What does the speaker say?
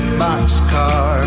boxcar